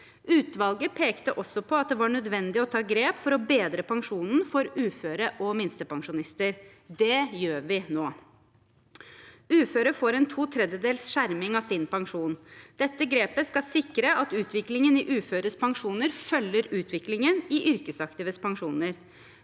Utvalget pekte også på at det var nødvendig å ta grep for å bedre pensjonen for uføre og minstepensjonister. Det gjør vi nå. Uføre får to tredjedels skjerming av sin pensjon. Dette grepet skal sikre at utviklingen i uføres pensjoner følger utviklingen i yrkesaktives pensjoner.